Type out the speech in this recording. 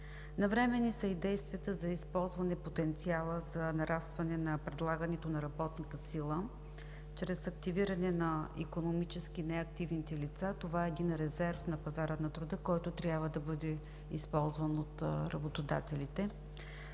Навременни са и действията за използване потенциала за нарастване на предлагането на работната сила чрез активиране на икономически неактивните лица. Това е един резерв на пазара на труда, който трябва да бъде използван от работодателите.